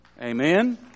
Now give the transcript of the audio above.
Amen